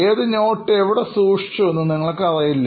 ഏത് നോട്ട് എവിടെ സൂക്ഷിച്ചു എന്ന് നിങ്ങൾക്കറിയില്ല